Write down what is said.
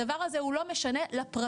הדבר הזה לא משנה לפרטים,